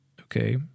okay